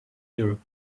europe